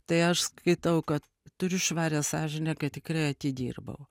tai aš skaitau kad turiu švarią sąžinę kad tikrai atidirbau